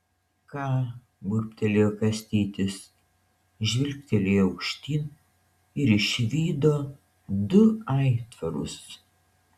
ką burbtelėjo kastytis žvilgtelėjo aukštyn ir išvydo du aitvarus